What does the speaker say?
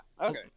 okay